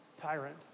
tyrant